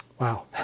Wow